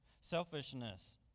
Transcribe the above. Selfishness